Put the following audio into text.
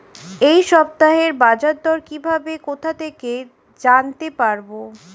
এই সপ্তাহের বাজারদর কিভাবে কোথা থেকে জানতে পারবো?